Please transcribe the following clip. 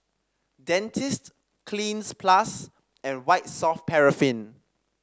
Dentiste Cleanz Plus and White Soft Paraffin